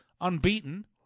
unbeaten